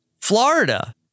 Florida